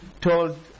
told